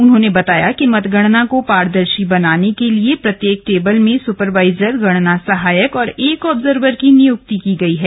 उन्होंने बताया कि मतगणना को पारदर्शी बनाने के लिए प्रत्येक टेबल में सुपरवाइजर गणना सहायक और एक आब्जर्वर की नियुक्ति की गयी है